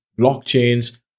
blockchains